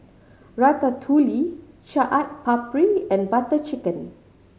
Ratatouille Chaat Papri and Butter Chicken